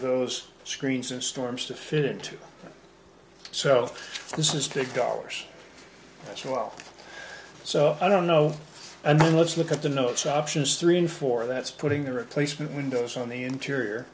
those screens and storms to fit into so this is take dollars as well so i don't know and then let's look at the notes options three and four that's putting the replacement windows on the interior